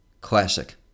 Classic